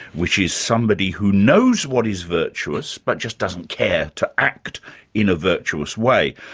which is somebody who knows what is virtuous but just doesn't care to act in a virtuous way.